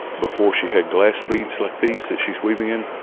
before she had glass beads like these that she's weaving in,